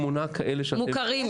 לא, יש שמונה כאלה שאתם --- מוכרים.